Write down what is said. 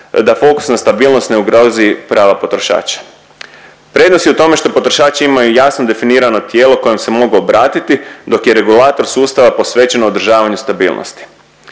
da fokus na stabilnost ne ugrozi prava potrošača. Prednost je u tome što potrošači imaju jasno definirano tijelo kojem se mogu obratiti, dok je regulator sustava posvećen održavanju stabilnosti.